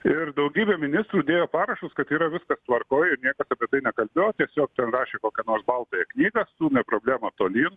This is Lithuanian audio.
ir daugybė ministrų dėjo parašus kad yra viskas tvarkoj ir niekas apie tai nekalbėjo tiesiog ten rašė kokią nors baltąją knygą stūmė problemą tolyn